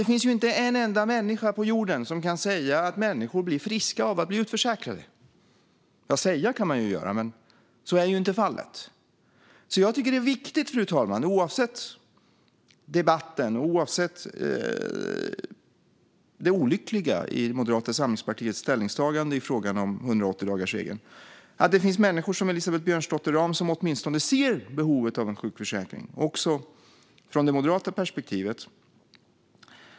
Det finns inte en enda människa på jorden som kan säga att människor blir friska av att bli utförsäkrade. Säga det kan man göra, men så är inte fallet. Jag tycker därför att det är viktigt, fru talman, oavsett debatten och oavsett det olyckliga i Moderata samlingspartiets ställningstagande i frågan om 180-dagarsregeln, att det finns människor som Elisabeth Björnsdotter Rahm som åtminstone ser behovet av en sjukförsäkring också från det moderata perspektivet.